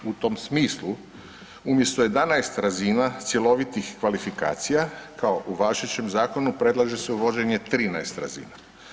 U tom smislu umjesto 11 razina cjelovitih kvalifikacija kao u važećem zakonu predlaže se uvođenje 13 razina.